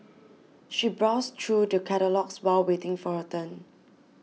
she browsed through the catalogues while waiting for her turn